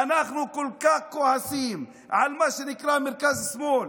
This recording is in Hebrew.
אנחנו כל כך כועסים על מה שנקרא מרכז-שמאל,